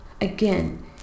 Again